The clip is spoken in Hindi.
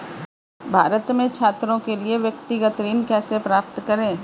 भारत में छात्रों के लिए व्यक्तिगत ऋण कैसे प्राप्त करें?